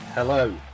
Hello